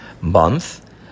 month